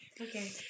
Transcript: Okay